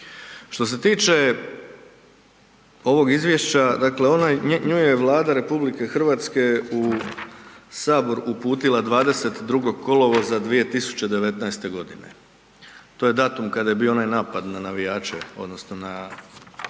Što se tiče ovog izvješća, dakle ona je, nju je Vlada RH u sabor uputila 22. kolovoza 2019.g. To je datum kada je bio onaj napad na navijače odnosno na